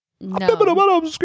No